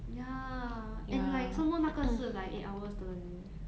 ya and like some more 那个是 like eight hours 的 leh